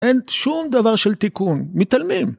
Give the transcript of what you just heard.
אין שום דבר של תיקון, מתעלמים.